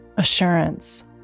Assurance